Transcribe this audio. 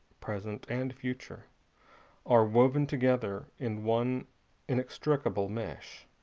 present, and future are woven together in one inextricable mesh.